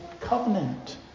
covenant